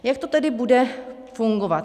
Jak to tedy bude fungovat?